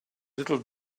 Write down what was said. little